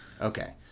Okay